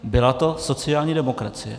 Byla to sociální demokracie!